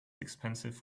expensive